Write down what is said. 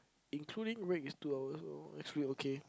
including break is two hours oh excluding okay